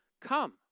come